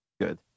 good